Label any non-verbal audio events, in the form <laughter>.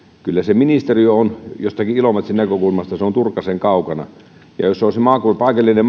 kyllä se ministeriö on jostakin ilomantsin näkökulmasta turkasen kaukana ja jos se on paikallinen <unintelligible>